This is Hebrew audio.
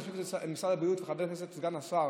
אני חושב שמשרד הבריאות, חבר הכנסת, סגן שר